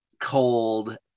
cold